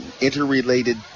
interrelated